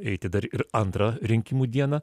eiti dar ir antrą rinkimų dieną